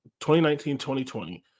2019-2020